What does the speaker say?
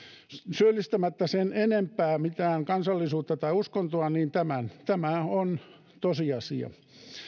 syyllistämättä sen enempää mitään kansallisuutta tai uskontoa tämä on tosiasia